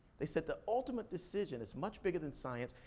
they said the ultimate decision is much bigger than science.